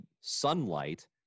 sunlight